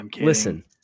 listen